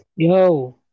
Yo